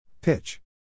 Pitch